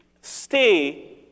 stay